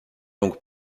donc